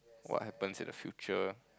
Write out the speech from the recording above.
what happens in the future